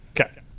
Okay